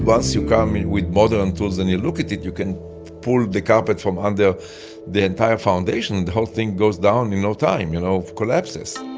you come with modern tools and you look at it, you can pull the carpet from under the entire foundation, the whole thing goes down in no time, you know, collapses